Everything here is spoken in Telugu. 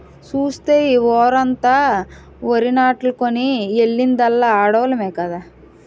సూస్తే ఈ వోరమంతా వరినాట్లకని ఎల్లిందల్లా ఆడోల్లమే కదా